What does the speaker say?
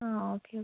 ആ okay okay